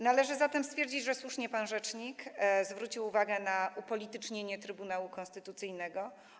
Należy zatem stwierdzić, że słusznie pan rzecznik zwrócił uwagę na upolitycznienie Trybunału Konstytucyjnego.